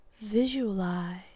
visualize